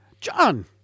John